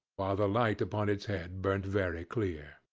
while the light upon its head burnt very clear.